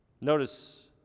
Notice